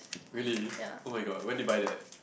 really oh-my-god when did you buy that